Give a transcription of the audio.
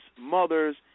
mothers